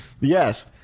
Yes